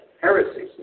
heresies